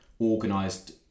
organised